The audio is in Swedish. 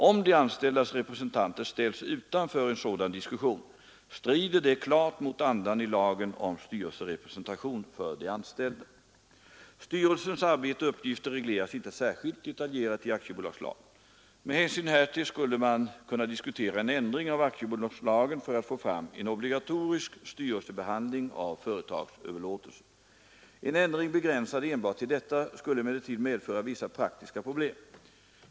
Om de anställdas representanter ställs utanför en sådan diskussion, strider det klart mot andan i lagen om styrelserepresentation för de anställda. Styrelsens arbete och uppgifter regleras inte särskilt detaljerat i aktiebolagslagen. Med hänsyn härtill skulle man kunna diskutera en ändring av aktiebolagslagen för att få fram en obligatorisk styrelsebehandling av företagsöverlåtelser. En ändring begränsad enbart till detta skulle emellertid medföra vissa praktiska problem.